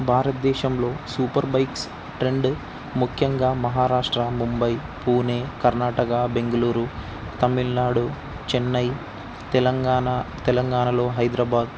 భారతదేశంలో super bikes trend ముఖ్యంగా మహారాష్ట్ర ముంబై పూణె కర్ణాటక బెంగుళూరు తమిళ నాడు చెన్నై తెలంగాణ తెలంగాణలో హైదరాబాద్